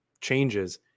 changes